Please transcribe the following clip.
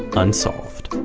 unsolved.